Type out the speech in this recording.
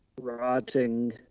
rotting